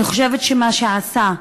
אני חושבת שמה שהוא עשה,